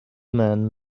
man